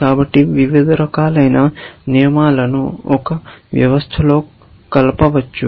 కాబట్టి వివిధ రకాలైన నియమాలను ఒక వ్యవస్థలో కలపవచ్చు